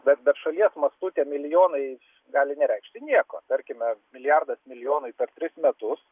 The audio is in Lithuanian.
bet bet šalies mastu tie milijonai gali nereikšti nieko tarkime milijardas milijonui per tris metus